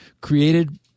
created